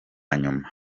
nyuma